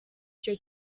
icyo